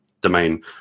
domain